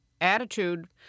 attitude